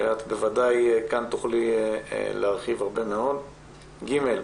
שאת בוודאי כאן תוכלי להרחיב הרבה מאוד, ג',